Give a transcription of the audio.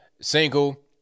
single